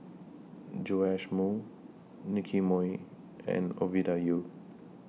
Joash Moo Nicky Moey and Ovidia Yu